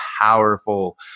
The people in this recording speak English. powerful